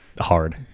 hard